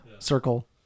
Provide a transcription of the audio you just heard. Circle